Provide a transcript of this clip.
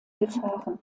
gefahren